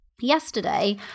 Yesterday